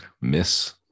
miss